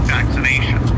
vaccination